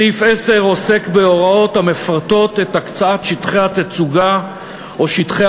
סעיף 10 עוסק בהוראות המפרטות את הקצאת שטחי התצוגה או שטחי